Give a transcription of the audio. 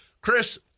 Chris